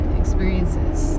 experiences